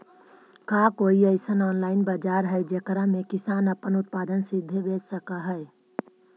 का कोई अइसन ऑनलाइन बाजार हई जेकरा में किसान अपन उत्पादन सीधे बेच सक हई?